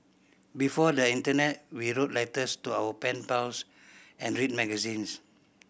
before the internet we wrote letters to our pen pals and read magazines